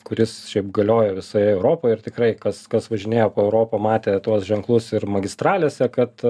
kuris šiaip galioja visoje europoje ir tikrai kas kas važinėja po europą matė tuos ženklus ir magistralėse kad